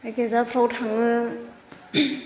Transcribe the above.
गिर्जाफोराव थांङो